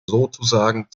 sozusagen